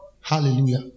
Hallelujah